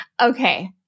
Okay